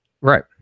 Right